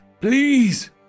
Please